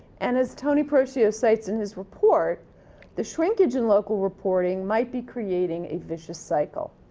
and, as tony pershio cites in his report the shrinkage in local reporting might be creating a vicious cycle.